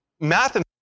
Mathematics